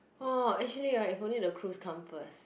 oh actually [right] if only the cruise come first